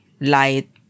light